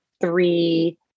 three